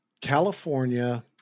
California